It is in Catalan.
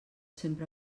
sempre